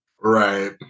Right